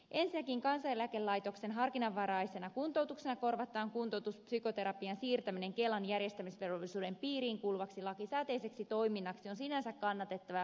ensinnäkin kansaneläkelaitoksen harkinnanvaraisena kuntoutuksena korvattavan kuntoutuspsykoterapian siirtäminen kelan järjestämisvelvollisuuden piiriin kuuluvaksi lakisääteiseksi toiminnaksi on sinänsä kannatettava ja perusteltu uudistus